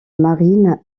marine